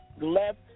left